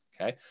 Okay